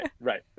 right